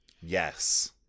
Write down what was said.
Yes